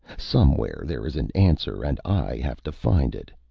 somewhere there is an answer and i have to find it.